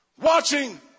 watching